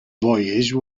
voyage